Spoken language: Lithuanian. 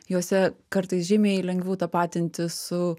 juose kartais žymiai lengviau tapatintis su